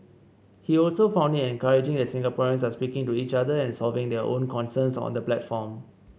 he also found it encouraging that Singaporeans are speaking to each other and solving their own concerns on the platform